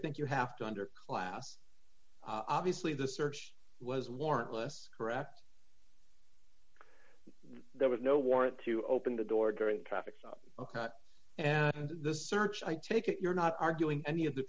think you have to under class obviously the search was warrantless correct there was no warrant to open the door during the traffic stop the search i take it you're not arguing any of the